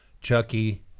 chucky